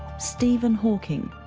stephen hawking,